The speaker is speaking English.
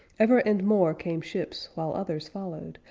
ever, and more, came ships, while others followed.